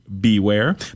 beware